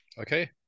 okay